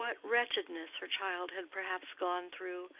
what wretchedness her child had perhaps gone through,